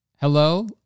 Hello